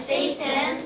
Satan